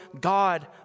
God